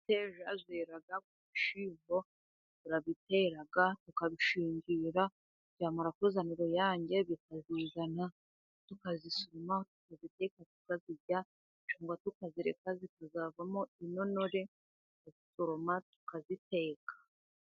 Imiteja yera ku bishyimbo, turabitera, tukabishingirira, byamara kuzana uruyange bikayizana, tukayisoroma, tukayiteka tukayirya, cyangwa tukayireka ikazavamo intonore, tukazisoroma, tukaziteka.